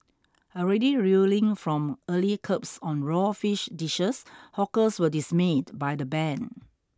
already reeling from early curbs on raw fish dishes hawkers were dismayed by the ban